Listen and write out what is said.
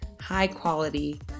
high-quality